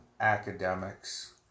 academics